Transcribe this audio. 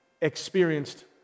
experienced